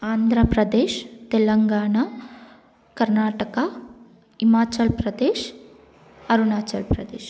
Andhra Pradesh Telangana Karnataka Himachal Pradesh Arunachal Pradesh